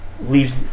leaves